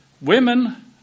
Women